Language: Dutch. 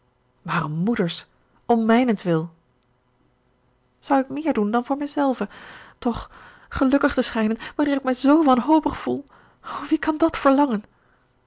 moeder's om mijnentwil zou ik meer doen dan voor mijzelve toch gelukkig te schijnen wanneer ik mij zoo wanhopig voel o wie kan dat verlangen